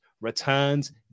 returns